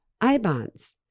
I-bonds